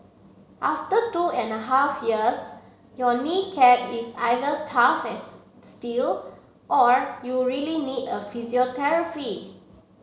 after two and a half years your knee cap is either tough steel or you really need physiotherapy